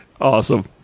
Awesome